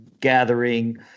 Gathering